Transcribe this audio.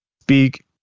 speak